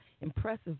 impressive